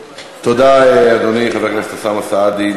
תודה, אדוני חבר הכנסת אוסאמה סעדי.